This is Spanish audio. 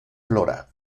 flora